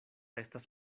estas